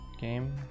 game